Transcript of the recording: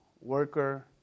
worker